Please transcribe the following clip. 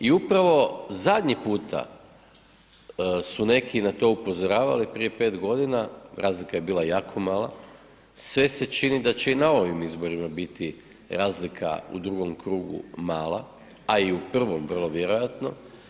I upravo zadnji puta su neki na to upozoravali prije pet godina, razlika je bila jako mala, sve se čini da će i na ovim izborima biti razlika u drugom krugu mala, a i u prvom vrlo vjerojatno.